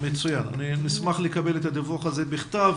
מצוין, נשמח לקבל את הדיווח הזה בכתב.